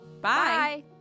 Bye